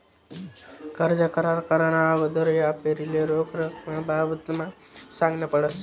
कर्ज करार कराना आगोदर यापारीले रोख रकमना बाबतमा सांगनं पडस